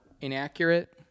inaccurate